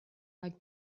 like